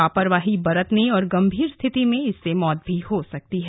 लापरवाही बरतने और गंभीर स्थिति में इससे मौत भी हो सकती है